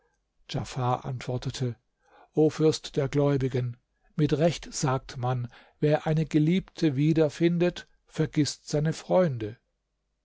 antwortete o fürst der gläubigen mit recht sagt man wer eine geliebte wiederfindet vergißt seine freunde